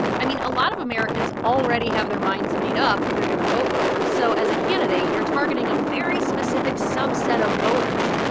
i mean, a lot of americans already have their minds made up who they're going to vote for. so as a candidate, you're targeting a very specific subset of voters,